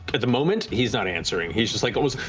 at the moment, he's not answering. he's just like,